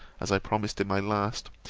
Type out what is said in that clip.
as i promised in my last,